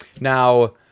Now